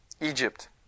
Egypt